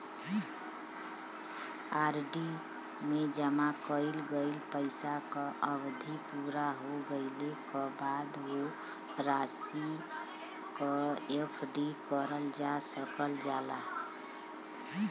RD में जमा कइल गइल पइसा क अवधि पूरा हो गइले क बाद वो राशि क एफ.डी करल जा सकल जाला